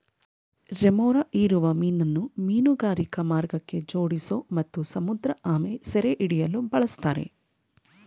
remora ಹೀರುವ ಮೀನನ್ನು ಮೀನುಗಾರಿಕಾ ಮಾರ್ಗಕ್ಕೆ ಜೋಡಿಸೋ ಮತ್ತು ಸಮುದ್ರಆಮೆ ಸೆರೆಹಿಡಿಯಲು ಬಳುಸ್ತಾರೆ